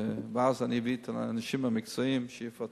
ואז אני אביא את האנשים המקצועיים שיפרטו.